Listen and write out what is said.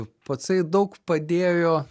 pacai daug padėjo